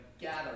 gather